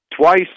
twice